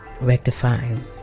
rectifying